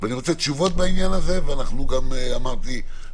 אני רוצה תשובות בעניין הזה וכפי שאמרתי,